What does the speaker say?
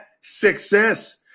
success